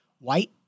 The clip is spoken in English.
White